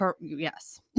Yes